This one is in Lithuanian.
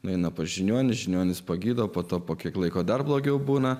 nueina pas žiniuonį žiniuonis pagydo po to po kiek laiko dar blogiau būna